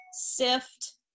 Sift